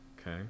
okay